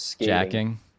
jacking